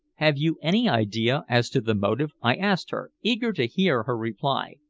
have you any idea as to the motive? i asked her, eager to hear her reply.